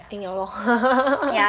赢了咯